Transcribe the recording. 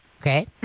Okay